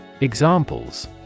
Examples